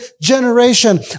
generation